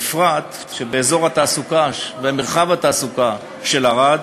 בפרט שבאזור התעסוקה ומרחב התעסוקה של ערד